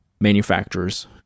manufacturers